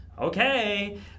okay